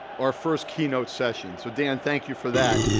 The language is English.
our first keynote session. so dan, thank you for that.